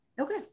Okay